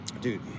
Dude